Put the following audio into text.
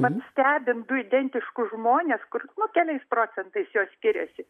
vat stebint du identiškus žmones kur keliais procentais jos skiriasi